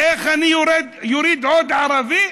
איך אני אוריד עוד ערבי,